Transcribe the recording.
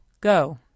Go